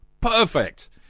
Perfect